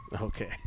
Okay